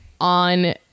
on